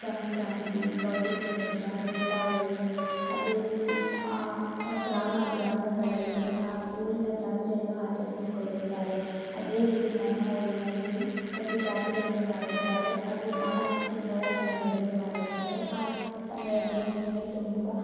ಸಂಕ್ರಾಂತಿ ಗೌರಿ ಗಣೇಶ ದೀಪಾವಳಿ ಅದೇ ರೀತಿ ಆ ಗ್ರಾಮ ಗ್ರಾಮಗಳಲ್ಲಿ ಆ ಊರಿನ ಜಾತ್ರೆಯನ್ನು ಆಚರಿಸಿಕೊಳ್ಳುತ್ತಾರೆ ಅದೇ ರೀತಿ ನಮ್ಮ ಊರಿನಲ್ಲಿ ಒಂದು ಜಾತ್ರೆಯನ್ನು ಮಾಡುತ್ತಾರೆ ಅದು ಮಾರ್ಚ್ ತಿಂಗಳ ಸಮಯದಲ್ಲಿ ಮಾಡುತ್ತಾರೆ ಆ ಸಮಯದಲ್ಲಿ ನಮಗೆ ತುಂಬ